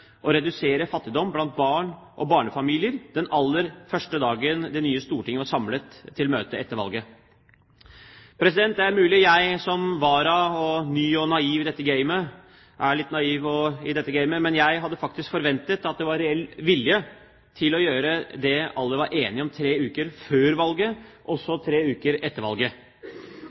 redusere fattigdom blant barn og barnefamilier den aller første dagen det nye storting var samlet til vanlig møte etter valget. Det er mulig jeg som vara er ny og litt naiv i dette gamet, men jeg hadde faktisk forventet at det var reell vilje til å gjøre det alle var enige om tre uker før valget, også tre uker etter valget.